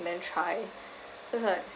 and then try so it's like